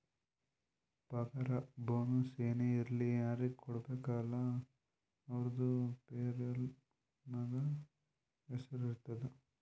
ಪಗಾರ ಬೋನಸ್ ಏನೇ ಇರ್ಲಿ ಯಾರಿಗ ಕೊಡ್ಬೇಕ ಅಲ್ಲಾ ಅವ್ರದು ಪೇರೋಲ್ ನಾಗ್ ಹೆಸುರ್ ಇರ್ತುದ್